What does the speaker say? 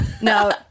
No